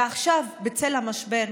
ועכשיו בצל המשבר,